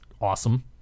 awesome